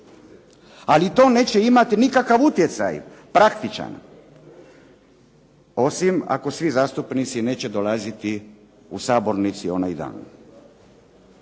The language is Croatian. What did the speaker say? Ali to neće imati nikakav utjecaj praktičan, osim ako svi zastupnici neće dolaziti u sabornici onaj dan.